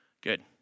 Good